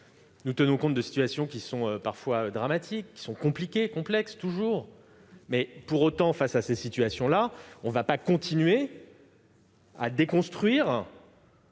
nous tenons compte de situations qui sont parfois dramatiques et toujours complexes. Pour autant, face à ces situations-là, on ne va pas continuer à déconstruire